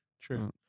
True